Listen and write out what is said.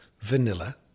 vanilla